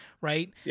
Right